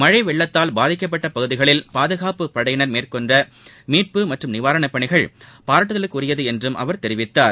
மழை வெள்ளத்தால் பாதிக்கப்பட்ட பகுதிகளில் பாதுகாப்புப் படையினர் மேற்கொண்ட மீட்பு மற்றும் நிவாரணப் பணிகள் பாராட்டுதலுக்குரியது என்றும் அவர் தெரிவித்தார்